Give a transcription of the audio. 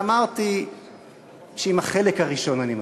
אמרתי שעם החלק הראשון אני מסכים.